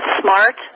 Smart